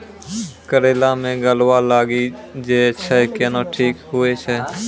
करेला मे गलवा लागी जे छ कैनो ठीक हुई छै?